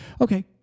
Okay